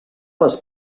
les